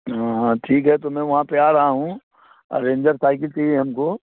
हाँ हाँ ठीक है तो मैं वहाँ पर आ रहा हूँ अ रेंजर साइकिल चहिए हमको